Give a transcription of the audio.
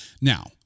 now